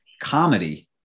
comedy